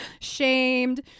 shamed